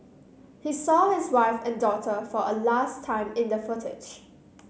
he saw his wife and daughter for a last time in the footage